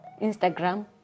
Instagram